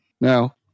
Now